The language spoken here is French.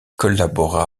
collabora